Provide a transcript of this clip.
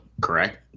correct